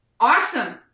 Awesome